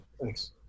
thanks